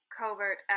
Covert